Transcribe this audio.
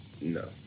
No